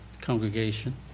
congregation